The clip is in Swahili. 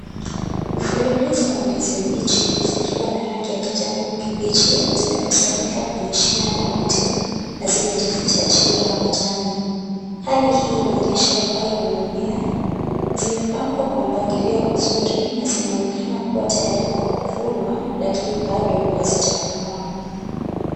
Mfululizo wa ndizi mbichi, zikiwa na rangi ya kijani kibichi zimekusanyika kwenye shina la mti na zimejificha chini ya majani. Hali hii inaonyesha uhai wa mimea. Zimepangwa kwa mpangilio mzuri na zinaonekana kuwa tayari kwa kuvunwa lakini bado hazijakomaa.